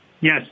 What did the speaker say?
Yes